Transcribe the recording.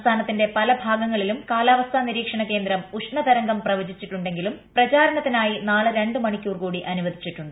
സംസ്ഥാനത്തിന്റെ പല ഭാഗങ്ങളിലും കാലാവസ്ഥാ നിരീക്ഷണ കേന്ദ്രം ഉഷ്ണതരംഗം പ്രവചിച്ചിട്ടുണ്ടെങ്കിലും പ്രചാരണത്തിനായി നാളെ രണ്ട് മണിക്കൂർ കൂടി അനുവദിച്ചിട്ടുണ്ട്